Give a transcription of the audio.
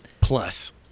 plus